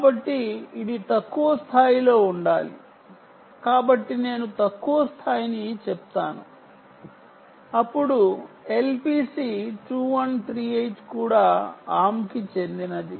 కాబట్టి CISC RISC కి సంబంధించిన ఈ సమస్యలన్నీ ఇక్కడ సంభవించే వాటిలో ఒకటి మరియు నా దృష్టిలో ఇవి తక్కువ అర్ధవంతమైనవి